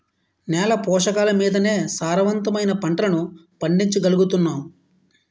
నేల పోషకాలమీదనే సారవంతమైన పంటలను పండించగలుగుతున్నాం